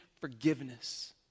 forgiveness